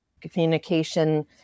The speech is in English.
Communication